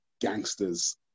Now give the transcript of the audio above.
gangsters